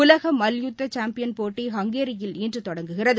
உலக மல்யுத்த சாம்பியன் போட்டி ஹங்கேரியில் இன்று தொடங்குகிறது